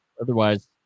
Otherwise